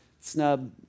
snub